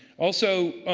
also,